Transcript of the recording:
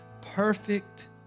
perfect